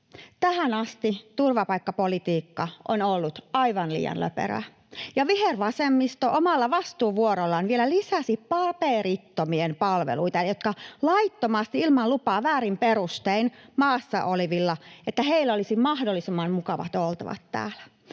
Tähän asti turvapaikkapolitiikka on ollut aivan liian löperöä, ja vihervasemmisto omalla vastuuvuorollaan vielä lisäsi paperittomien palveluita, jotta laittomasti — eli ilman lupaa ja väärin perustein — maassa olevilla olisi täällä mahdollisimman mukavat oltavat.